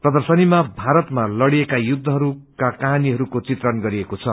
प्रर्दशनीामा भारतमा लड़िएको युद्धहरूको कहानीहरूको चित्रण गरिएको छ